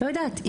לא יודעת.